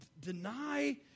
deny